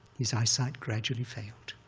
his eyesight gradually failed,